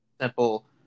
simple